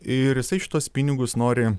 ir jisai šituos pinigus nori